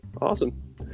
Awesome